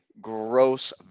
gross